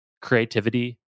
creativity